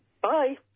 bye